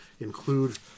include